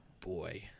Boy